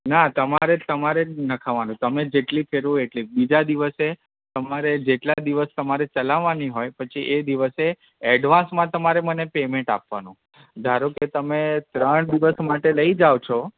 ના તમારે જ તમારે જ નખાવવાનું તમે જેટલી ફેરવો એટલી બીજા દિવસે તમારે જેટલા દિવસ તમારે ચલાવવાની હોઈ પછી એ દિવસે એડવાન્સમાં તમારે મને પેમેન્ટ આપવાનું ધારો કે તમે ત્રણ દિવસ માટે લઇ જાવ છો